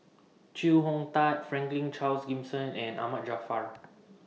Chee Hong Tat Franklin Charles Gimson and Ahmad Jaafar